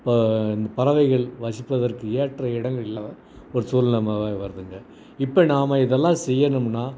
இப்போ இந்த பறவைகள் வசிப்பதற்கு ஏற்ற இடங்கள் இல்லை ஒரு சூழ்நிலைமாவே வருதுங்க இப்போ நாம் இதெல்லாம் செய்யணுமுன்னால்